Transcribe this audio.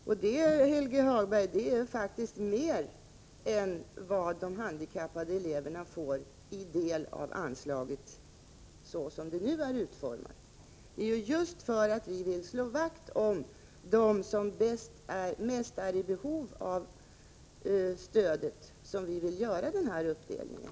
Och det är faktiskt mer, Helge Hagberg, än den del av anslaget som de handikappade eleverna får såsom det nu är utformat. Det är just därför att vi vill slå vakt om dem som mest är i behov av stödet som vi vill göra den här uppdelningen.